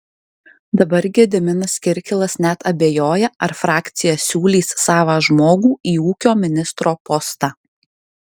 dabar gediminas kirkilas net abejoja ar frakcija siūlys savą žmogų į ūkio ministro postą